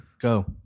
Go